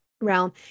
realm